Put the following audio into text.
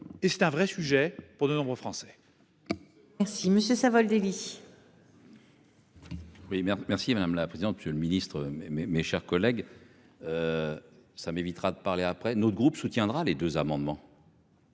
et c'est un vrai sujet pour de nombreux français. Merci monsieur Savoldelli. Oui merci merci madame la présidente, monsieur le ministre, mes, mes, mes chers collègues. Ça m'évitera de parler après notre groupe soutiendra les 2 amendements.